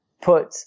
put